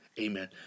amen